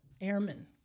airmen